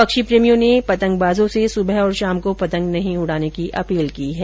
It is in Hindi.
पक्षी प्रेमियों ने पतंगबाजों से सुबह और शाम को पतंग नहीं उड़ाने की अपील की है